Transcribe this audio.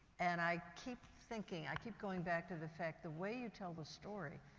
and i keep thinking, i keep going back to the fact the way you tell the story,